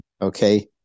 Okay